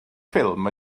ffilm